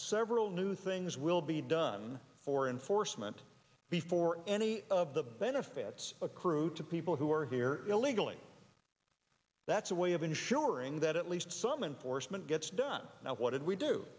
several new things will be done for enforcement before any of the benefits accrue to people who are here illegally that's a way of ensuring that at least some enforcement gets done now what did we do